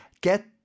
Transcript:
Get